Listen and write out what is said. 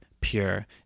Pure